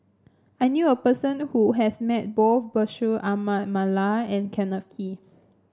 I knew a person who has met both Bashir Ahmad Mallal and Kenneth Kee